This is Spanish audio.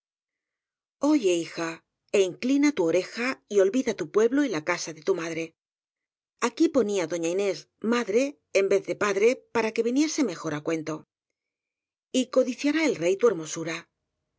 oye hija éinclina tu orejay olvida tu pueblo y la casa de tu madre aquí ponía doña inés madre en vez de padre para que viniese mejor á cuento y codiciará el rey tu hermosura